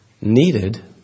needed